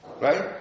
right